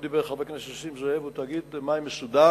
דיבר חבר הכנסת נסים זאב הוא תאגיד מים מסודר,